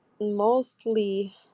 mostly